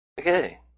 Okay